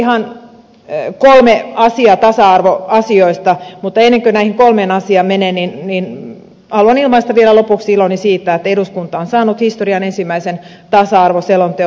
ihan kolme asiaa tasa arvoasioista mutta ennen kuin näihin kolmeen asiaan menen haluan ilmaista vielä lopuksi iloni siitä että eduskunta on saanut historian ensimmäisen tasa arvoselonteon